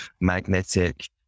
magnetic